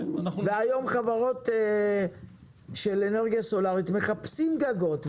והיום חברות של אנרגיה סולארית מחפשות גגות.